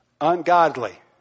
Ungodly